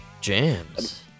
jams